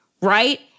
right